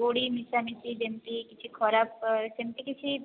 ଗୋଡ଼ି ମିଶାମିଶି ଯେମିତି କିଛି ଖରାପ ସେମିତି କିଛି